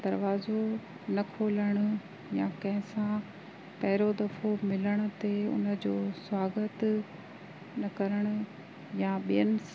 दरवाज़ो न खोलण या कंहिंसां पहिरियों दफ़ो मिलण ते उनजो स्वागत न करणु या ॿियनि